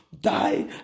die